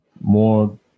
more